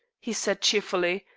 he said cheerfully,